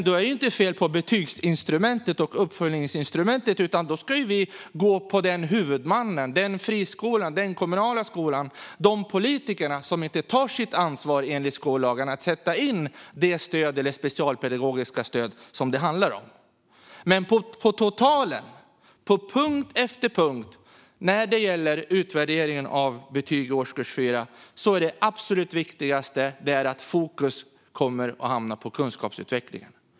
Då är det ju inte fel på betygsinstrumentet och uppföljningsinstrumentet, utan då ska vi gå på den huvudman, den friskola eller kommunala skola och de politiker som inte tar det ansvar de enligt skollagen har att sätta in stöd eller specialpedagogiska stöd. När det gäller utvärderingen av betyg i årskurs 4 är det absolut viktigaste på totalen att fokus hamnar på kunskapsutvecklingen.